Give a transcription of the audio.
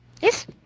Yes